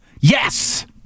Yes